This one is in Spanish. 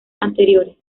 anteriores